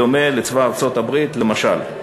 בדומה לצבא ארצות-הברית למשל.